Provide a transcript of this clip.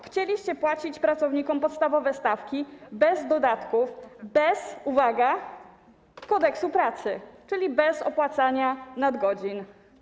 Chcieliście płacić pracownikom podstawowe stawki bez dodatków, bez zastosowania - uwaga - Kodeksu pracy, czyli bez opłacania nadgodzin.